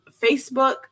Facebook